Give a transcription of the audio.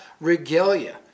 regalia